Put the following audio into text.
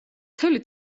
მთელი